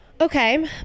Okay